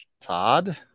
Todd